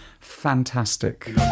fantastic